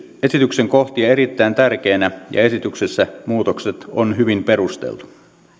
esityksen kohtia erittäin tärkeinä ja esityksessä muutokset on hyvin perusteltu